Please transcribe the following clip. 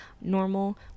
normal